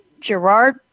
Gerard